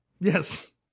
Yes